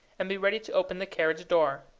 and be ready to open the carriage-door.